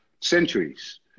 centuries